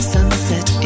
Sunset